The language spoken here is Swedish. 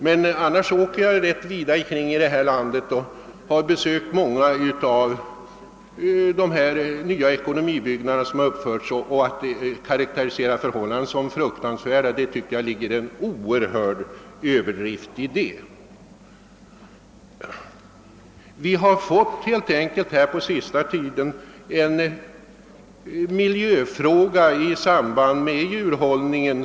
Men annars åker jag vida omkring i detta land, och jag har sett på många av dessa nya ekonomibyggnader som uppförts. Att karakterisera förhållandena där som fruktansvärda är, tycker jag, att göra sig skyldig till en mycket stor överdrift. På senaste tiden har helt enkelt miljöfrågorna även blivit aktuella i samband med djurhållningen.